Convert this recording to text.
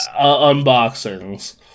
unboxings